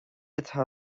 atá